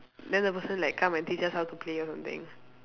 then the person like come and teach us how to play or something